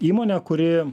įmonę kuri